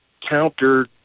counter